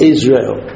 Israel